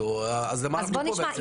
אז למה אנחנו פה בעצם?